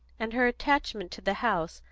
and her attachment to the house,